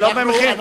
ולא במחיר,